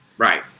Right